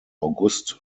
august